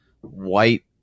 white